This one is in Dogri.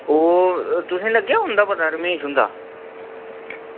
ओह् तुसेंगी लग्गेआ पता रमेश हुंदा